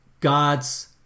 God's